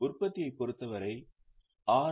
உற்பத்தியை பொறுத்தவரை ஆர்